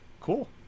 Cool